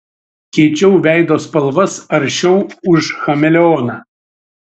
keičiau veido spalvas aršiau už chameleoną